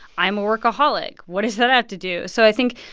i'm a workaholic. what does that have to do? so i think,